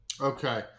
Okay